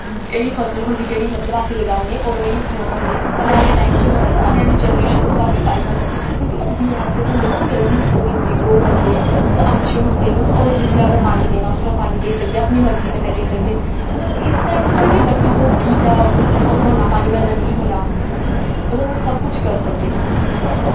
ऐही फसल होंदी जेह्ड़ी मतलब असी लगाने और उयो होंदी आने आह्ले टाइम च मतलब आने आह्ली जनरेशन गी काफी फायदा होंदा क्योंकि ओह् बीऽ ऐसे होंदे मतलब जल्दी ओह् होइंदे मतलव ग्रो करदे मतलव अच्छे होंदे मतलब उनें जिसलै उनें पानी देना उसलै ओह् पानी देई सकदे अपनी मर्जी कन्नै देई सकदे मतलव इस टाइम दिक्खो निं कि बरखा होग्गी तां होना पानी वर्ना निं होना मतलव ओह् सब कुछ कर सकदे